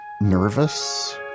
nervous